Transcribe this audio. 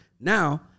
now